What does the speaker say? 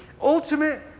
Ultimate